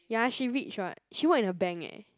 ya she rich [what] she work in a bank eh